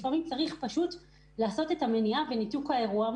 לפעמים צריך פשוט לעשות את המניעה וניתוק האירוע.